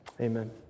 Amen